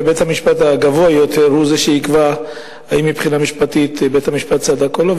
ובית-המשפט הגבוה יותר הוא שיקבע אם מבחינה משפטית בית-המשפט צדק או לא.